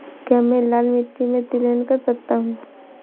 क्या मैं लाल मिट्टी में तिलहन कर सकता हूँ?